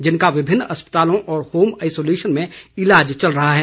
जिनका विभिन्न अस्पतालों और होम आइसोलेशन में ईलाज चल रहा है